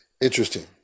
Interesting